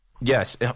yes